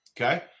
Okay